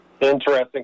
Interesting